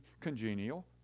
congenial